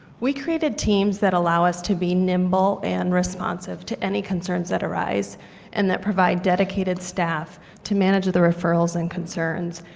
we create a team that allow us to be nimble and responsive to any concerns that arise and that provide dedicated staff to manage the referrals and concerns.